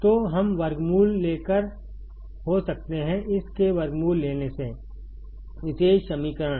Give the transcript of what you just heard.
तो हम वर्गमूल ले कर हो सकते हैं इस के वर्गमूल लेने से विशेष समीकरण